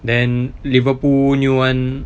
then Liverpool new [one]